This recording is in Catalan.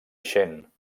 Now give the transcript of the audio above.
ixent